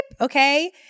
okay